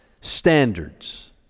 standards